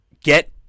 get